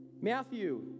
Matthew